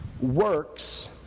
Works